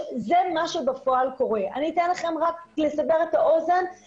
רוצה להתחיל רגע בלתת לכם סקירה קצרצרה על הוועדות בדרום השרון.